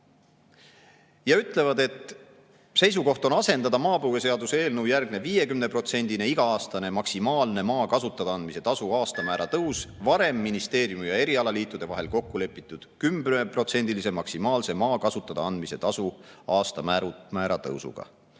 ja ütlevad, et seisukoht on asendada maapõueseaduse eelnõu järgne 50%‑line iga-aastane maksimaalne maa kasutada andmise tasu aastamäära tõus varem ministeeriumi ja erialaliitude vahel kokkulepitud 10%‑lise maksimaalse maa kasutada andmise tasu aastamäära tõusuga.